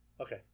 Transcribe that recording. Okay